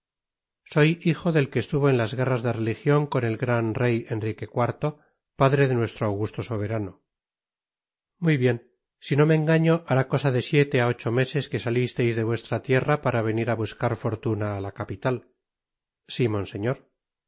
soy hijo del que estuvo en las guerras de religion con el gran rey enrique iv padre de nuestro augusto soberano muy bien si no me engaño hará cosa de siete á ocho meses que salisteis de vuestra tierra para venir á buscar fortuna á la capital si monseñor